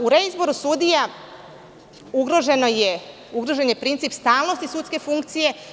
U reizboru sudija ugrožen je princip stalnosti sudske funkcije.